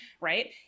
right